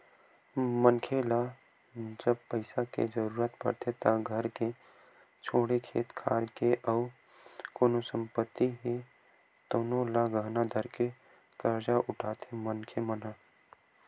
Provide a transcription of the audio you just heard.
मनखे ल जब पइसा के जरुरत पड़थे त घर के छोड़े खेत खार के अउ कोनो संपत्ति हे तउनो ल गहना धरके करजा उठाथे मनखे मन ह